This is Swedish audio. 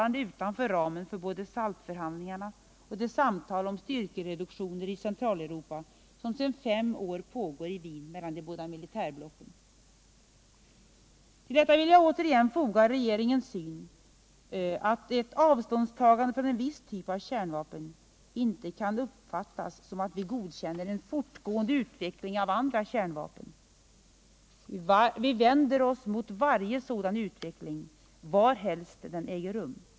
n. utanför ramen för både SALT-förhandlingarna och de samtal om styrkereduktioner i Centraleuropa som sedan fem är pågår i Wien mellan de båda militärblocken. Till detta vill jag återigen foga regeringens syn, att ett avståndstagande från en viss typ av kärnvapen inte kan uppfattas som att vi godkänner en fortgående utveckling av andra kärnvapen. Vi vänder oss mot varje sådan utveckling varhelst den äger rum.